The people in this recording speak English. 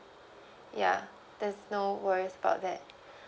ya there's no worries about that